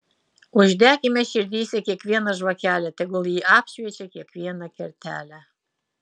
uždekime širdyse kiekvieną žvakelę tegul ji apšviečia kiekvieną kertelę